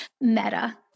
meta